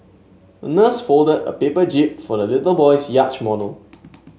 the nurse folded a paper jib for the little boy's yacht model